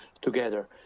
together